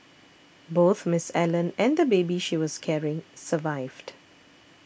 both Miss Allen and the baby she was carrying survived